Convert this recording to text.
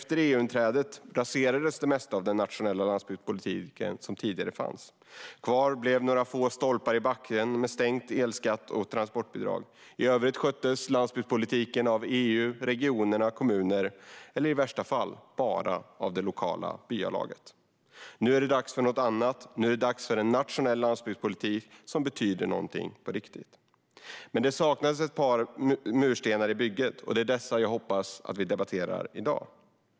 EU-inträdet raserade nämligen det mesta av den nationella landsbygdspolitik som tidigare fanns. Kvar blev några få stolpar i backen med sänkt elskatt och transportbidrag. I övrigt sköttes landsbygdspolitiken av EU, regioner, kommuner eller i värsta fall bara av det lokala byalaget. Nu är det dags för något annat. Nu är det dags för en nationell landsbygdspolitik som betyder något på allvar. Ännu saknas dock ett par murstenar i bygget, och det är dessa jag hoppas att vi ska debattera i dag.